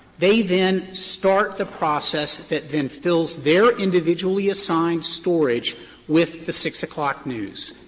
they then start the process that then fills their individually assigned storage with the six o'clock news.